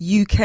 UK